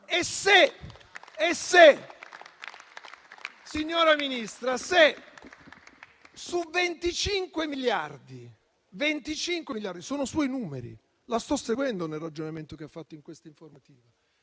Se, signora Ministra, su 25 miliardi - sono i suoi numeri, l'ho seguita nel ragionamento che ha fatto in questa informativa